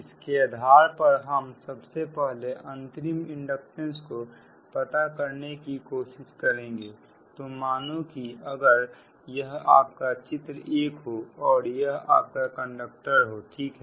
इसके आधार पर हम सबसे पहले अंतरिम इंडक्टेंस को पता करने की कोशिश करेंगे तो मानो कि अगर यह आपका चित्र 1 हो और यह आपका कंडक्टर हो ठीक है